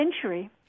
century